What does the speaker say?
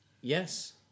Yes